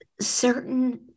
certain